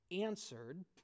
answered